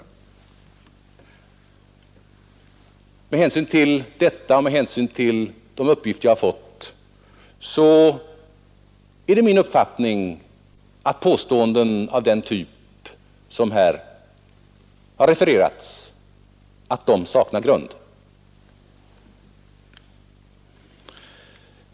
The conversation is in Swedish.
Med hänsyn till detta och med hänsyn till de uppgifter i övrigt som jag har fått är det min uppfattning att påståenden av den typ som här har refererats saknar grund.